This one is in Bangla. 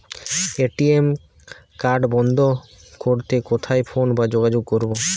এ.টি.এম কার্ড বন্ধ করতে কোথায় ফোন বা যোগাযোগ করব?